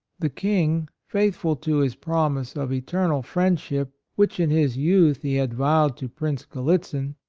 the king, faithful to his promise of eternal friendship which, in his youth, he had vowed to prince grallitzin,